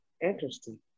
Interesting